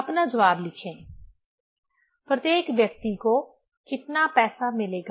अपना जवाब लिखें प्रत्येक व्यक्ति को कितना पैसा मिलेगा